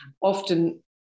Often